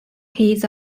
his